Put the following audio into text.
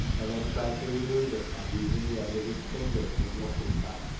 and then tried to remove it by using the end of his finger as a blotting-pad,